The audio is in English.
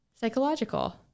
Psychological